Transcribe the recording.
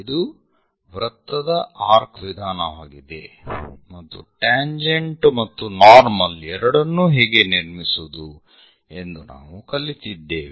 ಇದು ವೃತದ ಆರ್ಕ್ ವಿಧಾನವಾಗಿದೆ ಮತ್ತು ಟ್ಯಾಂಜೆಂಟ್ ಮತ್ತು ನಾರ್ಮಲ್ ಎರಡನ್ನೂ ಹೇಗೆ ನಿರ್ಮಿಸುವುದು ಎಂದು ನಾವು ಕಲಿತಿದ್ದೇವೆ